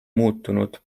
muutunud